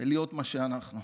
ולהיות מה שאנחנו.